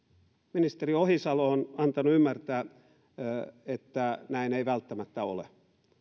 ministeri ohisalo on antanut ymmärtää että näin ei välttämättä ole